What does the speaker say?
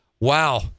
wow